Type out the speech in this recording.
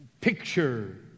picture